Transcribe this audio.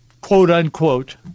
quote-unquote